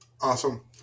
Awesome